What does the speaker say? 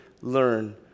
learn